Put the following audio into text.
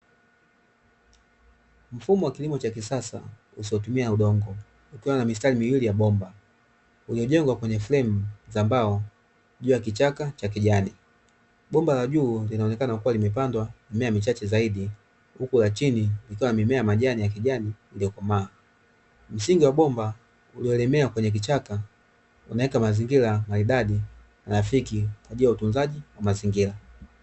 Mfumo wa kilimo cha kisasa usiotumia udongo ukiwa na mistari miwili ya bomba. Uliyojengwa kwenye fremu za mbao juu ya kichaka cha kijani. Bomba la juu linaonekana kuwa limepandwa na mimea michache zadi, huku la chini likiwa na mimea ya majani ya kijani iliyokomaa. Msingi wa bomba ulioelemea kwenye kichaka unaweka mazingira maridadi na rafiki kwa ajili ya utunzaji wa mazingira.